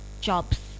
jobs